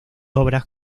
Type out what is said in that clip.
obras